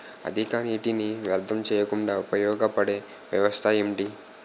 అధిక నీటినీ వ్యర్థం చేయకుండా ఉపయోగ పడే వ్యవస్థ ఏంటి